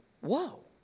whoa